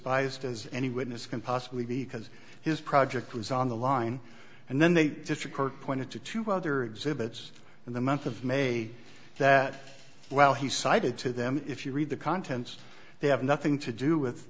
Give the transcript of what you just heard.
biased as any witness can possibly be because his project was on the line and then they just record pointed to two other exhibits in the month of may that well he cited to them if you read the contents they have nothing to do with